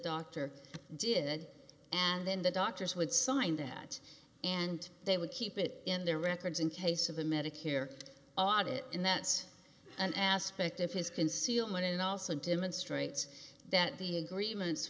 doctor did and then the doctors would sign that and they would keep it in their records in case of a medicare audit in that an aspect of his concealment and also demonstrates that the agreements